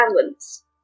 Balance